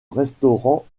restaurants